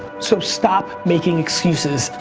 so stop making excuses,